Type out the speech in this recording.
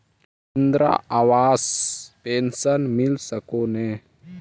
Indira Awas pension मिल हको ने?